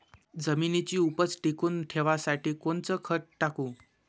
जमिनीची उपज टिकून ठेवासाठी कोनचं खत टाकू?